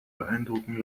beeindrucken